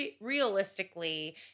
realistically